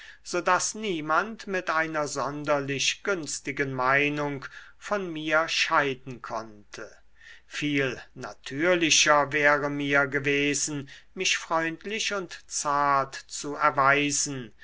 so daß niemand mit einer sonderlich günstigen meinung von mir scheiden konnte viel natürlicher wäre mir gewesen mich freundlich und zart zu erweisen